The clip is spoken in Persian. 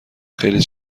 خیلی